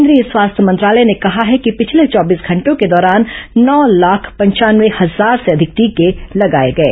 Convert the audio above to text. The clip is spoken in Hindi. केन्द्रीय स्वास्थ्य मंत्रालय ने कहा है कि पिछले चौबीस घंटों के दौरान नौ लाख पंचानवे हजार से अधिक टीके लगाये गये